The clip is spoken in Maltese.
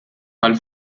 għall